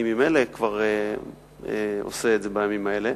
אני ממילא כבר עושה את זה בימים האלה.